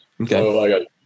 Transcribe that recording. Okay